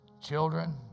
children